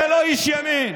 זה לא איש ימין.